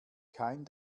kein